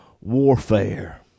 warfare